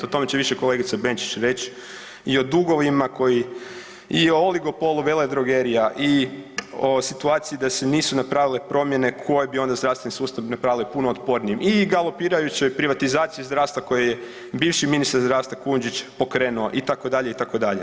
O tome će više kolegica Benčić reć i o dugovima koji i o oligo … [[Govornik se ne razumije]] veledrogerija i o situaciji da se nisu napravile promjene koje bi onda zdravstveni sustav napravile puno otpornijim i galopirajućoj privatizaciji zdravstva koji je bivši ministar zdravstva Kujundžić pokrenuo itd. itd.